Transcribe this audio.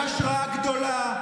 הם השראה גדולה.